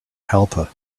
helper